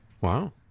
Wow